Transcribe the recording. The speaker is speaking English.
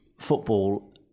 football